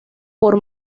por